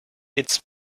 its